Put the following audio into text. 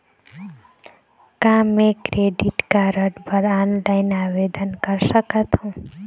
का मैं credit card बर ऑनलाइन आवेदन कर सकथों?